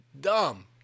Dumb